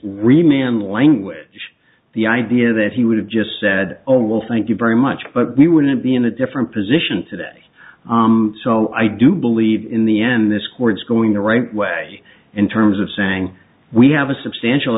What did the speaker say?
remember language the idea that he would have just said oh well thank you very much but we wouldn't be in a different position today so i do believe in the end this court's going the right way in terms of saying we have a substantial